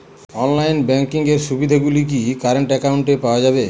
Online banking এর সুবিধে গুলি কি কারেন্ট অ্যাকাউন্টে পাওয়া যাবে?